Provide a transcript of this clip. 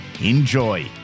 Enjoy